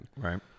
Right